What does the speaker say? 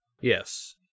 Yes